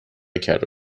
کرد